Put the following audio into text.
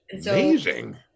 Amazing